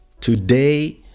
today